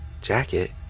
Jacket